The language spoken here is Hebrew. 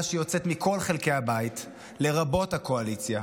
שיוצאת מכל חלקי הבית לרבות הקואליציה: